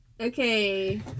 Okay